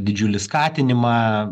didžiulį skatinimą